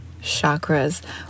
chakras